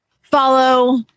follow